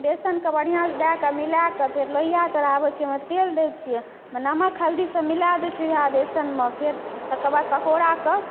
बेसनके बढिआँसँ दए कऽ मिलाकऽ फेर लोहिया चढ़ाबै छियै ओहिमे तेल दै छियै नमक हल्दी सब मिला दै छियै वएह बेसनमे फेर तकर बाद पकौड़ाके